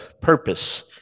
purpose